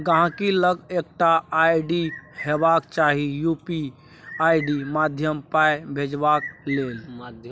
गांहिकी लग एकटा आइ.डी हेबाक चाही यु.पी.आइ माध्यमसँ पाइ भेजबाक लेल